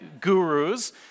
gurus